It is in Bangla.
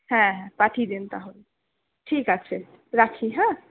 হ্যাঁ হ্যাঁ পাঠিয়ে দিন তাহলে ঠিক আছে রাখি হ্যাঁ